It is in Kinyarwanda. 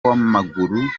w’amaguru